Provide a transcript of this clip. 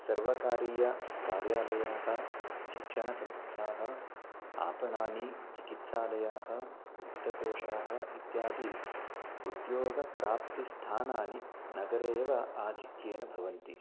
सर्वकारीयकार्यालयाः शिक्षणसंस्थाः आपणानि चिकित्सालयाः वित्तकोशाः इत्यादि उद्योगप्राप्तिस्थानानि नगरे एव आधिक्येन भवन्ति